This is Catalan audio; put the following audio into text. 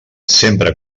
sempre